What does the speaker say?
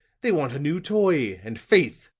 they want a new toy, and faith,